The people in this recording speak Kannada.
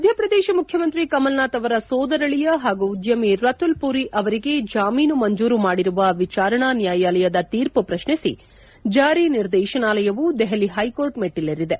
ಮಧ್ವಪ್ರದೇಶ ಮುಖ್ಯಮಂತ್ರಿ ಕಮಲ್ನಾಥ್ ಅವರ ಸೋದರಳಿಯ ಹಾಗೂ ಉದ್ದಮಿ ರತುಲ್ ಮರಿ ಅವರಿಗೆ ಜಾಮೀನು ಮಂಜೂರು ಮಾಡಿರುವ ವಿಚಾರಾಣಾ ನ್ಯಾಯಾಲಯದ ಶೀರ್ಮ ಪ್ರಶ್ನಿಸಿ ಜಾರಿ ನಿರ್ದೇಶನಾಲಯವು ದೆಹಲಿ ಹೈಕೋರ್ಟ್ ಮೆಟ್ಟಿಲೇರಿದೆ